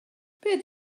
beth